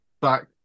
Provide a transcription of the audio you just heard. back